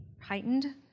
heightened